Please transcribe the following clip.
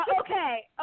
Okay